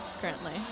currently